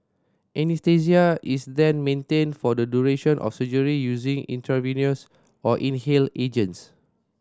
Anaesthesia is then maintained for the duration of surgery using intravenous or inhaled agents